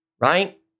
right